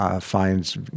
finds